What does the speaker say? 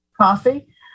coffee